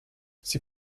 sie